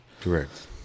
Correct